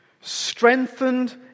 strengthened